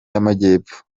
y’amajyepfo